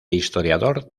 historiador